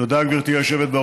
תודה, גברתי היושבת-ראש.